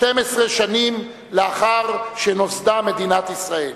12 שנים לאחר שנוסדה מדינת ישראל.